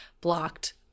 blocked